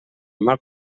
mal